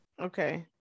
Okay